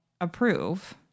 approve